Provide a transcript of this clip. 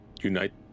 unite